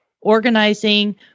organizing